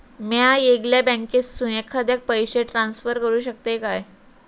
म्या येगल्या बँकेसून एखाद्याक पयशे ट्रान्सफर करू शकतय काय?